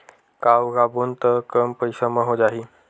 का उगाबोन त कम पईसा म हो जाही?